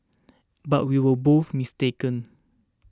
but we were both mistaken